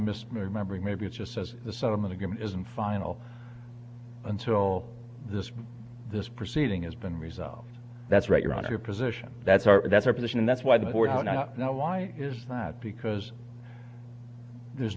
missed my remembering maybe it just says the settlement agreement isn't final until this this proceeding has been resolved that's right your honor your position that's our that's our position and that's why the board out now why is that because there's